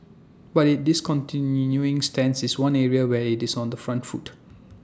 but its discontinuing stance is one area where IT is on the front foot